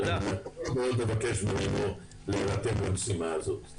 אני מאוד מבקש ממנו להירתם למשימה הזאת.